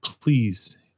Please